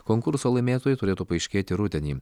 konkurso laimėtojai turėtų paaiškėti rudenį